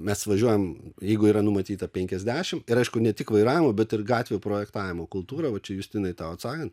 mes važiuojam jeigu yra numatyta penkiasdešimt ir aišku ne tik vairavimo bet ir gatvių projektavimo kultūra va čia justinai tau atsakant